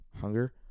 hunger